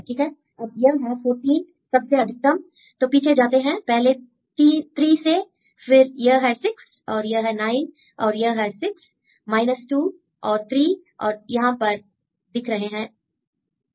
ठीक है अब यह है 14 सबसे अधिकतम तो पीछे जाते हैं पहले 3 से फिर यह है 6 और यह है 9 और यह है 6 2 और 3 और यहां पर दिख रहे हैं 8